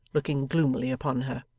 looking gloomily upon her.